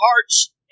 hearts